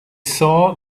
saw